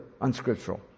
unscriptural